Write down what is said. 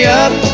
up